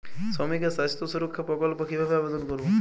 শ্রমিকের স্বাস্থ্য সুরক্ষা প্রকল্প কিভাবে আবেদন করবো?